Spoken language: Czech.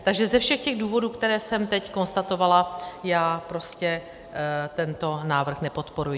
Takže ze všech těch důvodů, které jsem teď konstatovala, já prostě tento návrh nepodporuji.